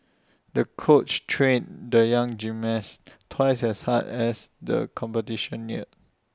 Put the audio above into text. the coach trained the young gymnast twice as hard as the competition neared